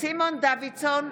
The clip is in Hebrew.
סימון דוידסון,